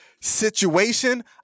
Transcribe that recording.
situation